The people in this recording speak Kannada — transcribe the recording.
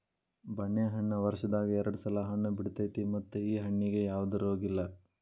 ಬೆಣ್ಣೆಹಣ್ಣ ವರ್ಷದಾಗ ಎರ್ಡ್ ಸಲಾ ಹಣ್ಣ ಬಿಡತೈತಿ ಮತ್ತ ಈ ಹಣ್ಣಿಗೆ ಯಾವ್ದ ರೋಗಿಲ್ಲ